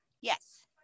Yes